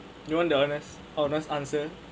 you want the honest honest answer